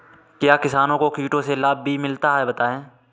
क्या किसानों को कीटों से लाभ भी मिलता है बताएँ?